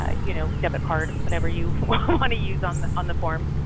ah you know debit card, whatever you want to use on on the forum.